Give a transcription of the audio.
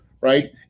right